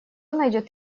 найдёт